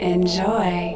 Enjoy